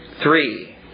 three